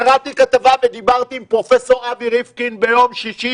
קראתי כתבה ודיברתי עם פרופ' אבי ריבקינד ביום שישי,